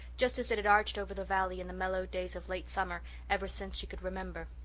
just as it had arched over the valley in the mellow days of late summer ever since she could remember.